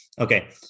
Okay